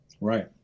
Right